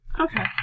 Okay